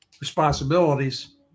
responsibilities